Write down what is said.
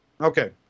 Okay